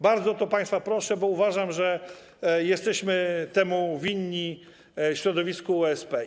Bardzo o to państwa proszę, bo uważam, że jesteśmy to winni środowisku OSP.